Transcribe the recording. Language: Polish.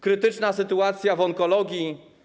Krytyczna sytuacja w onkologii.